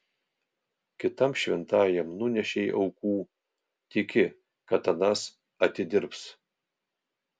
kitam šventajam nunešei aukų tiki kad anas atidirbs